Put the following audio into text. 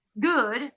good